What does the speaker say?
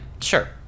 sure